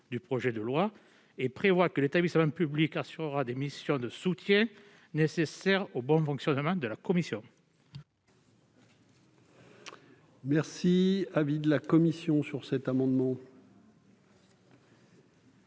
du projet de loi et à prévoir que l'établissement public assurera des missions de soutien nécessaires au bon fonctionnement de la commission.